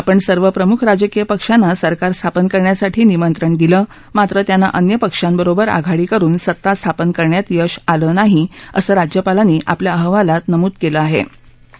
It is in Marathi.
आपण सर्व प्रमुख राजकीय पक्षाती सरकार स्थापन करण्यासाठी निमत्त्वा दिलं मात्र त्याती अन्य पक्षातीवर आघाडी करून सत्ता स्थापन करण्यात यश आला ाही असजिज्यातीलांनी आपल्या अहवालात नमूद केलख्राहे